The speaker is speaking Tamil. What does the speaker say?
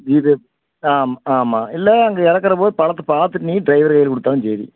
ஜீபே ஆமாம் ஆமாம் இல்லை அங்கே இறக்கிறபோது பழத்தை பார்த்துட்டு நீங்கள் டிரைவர் கையில் கொடுத்தாலும் சரி